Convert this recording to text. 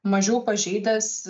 mažiau pažeidęs